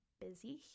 busy